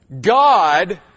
God